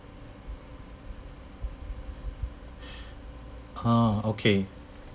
um okay